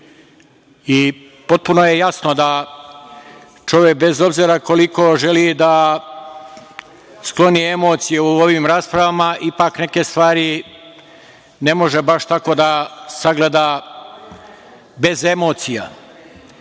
i potpuno je jasno da čovek, bez obzira koliko želi da skloni emocije u ovim raspravama, ipak neke stvari ne može baš tako da sagleda bez emocija. Imate